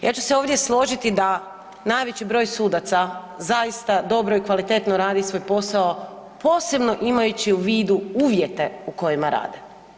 Ja ću se ovdje složiti da najveći broj sudaca zaista dobro i kvalitetno radi svoj posao posebno imajući u vidu uvjete u kojima rade.